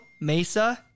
Mesa